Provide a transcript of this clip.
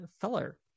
feller